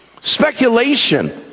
Speculation